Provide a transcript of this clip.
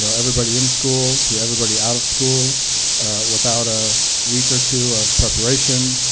so everybody in school to everybody out of school without a week or two of preparation,